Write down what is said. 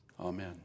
Amen